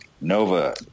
Nova